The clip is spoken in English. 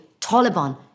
Taliban